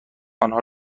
آنها